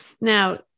Now